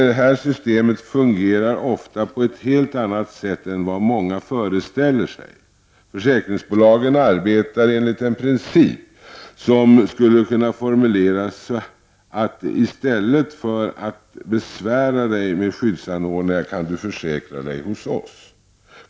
Detta system fungerar ofta på ett helt annat sätt än vad många föreställer sig. Försäkringsbolagen arbetar enligt en princip som skulle kunna formuleras så: I stället för att besvära dig med skyddsanordningar kan du försäkra dig hos oss.